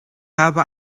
habe